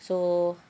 so